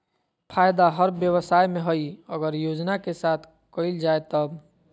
फायदा हर व्यवसाय में हइ अगर योजना के साथ कइल जाय तब